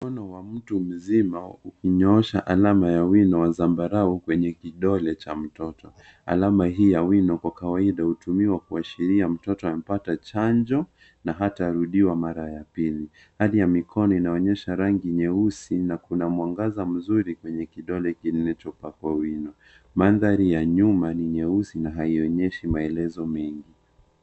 Mkono wa mtu nzima ukinyoosha alama ya wino wa zambarau kwenye kidole cha mtoto. Alama hii ya wino kwa kawaida hutumiwa kuashiria mtoto amepata chanjo na hatarudiwa mara ya pili. Hali ya mikono inaonyesha rangi nyeusi na kuna mwangaza mzuri kwenye kidole kilichopakwa kwa wino. Mandhari ya nyuma ni meusi na haionyeshi maelezo mengi.